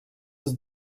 was